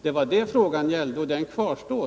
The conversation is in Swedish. Det var det frågan gällde, och den kvarstår.